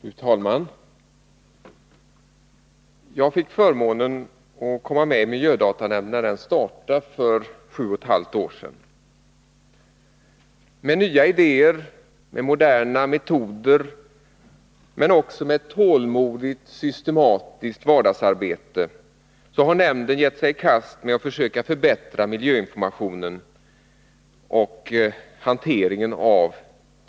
Fru talman! Jag fick förmånen att komma med i miljödatanämnden när den startade för sju och ett halvt år sedan. Med nya idéer, moderna metoder, men också tålmodigt systematiskt vardagsarbete har nämnden gett sig i kast med att försöka förbättra informationen inom miljövården.